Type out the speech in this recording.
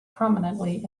prominently